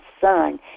son